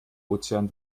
ozean